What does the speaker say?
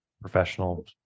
professional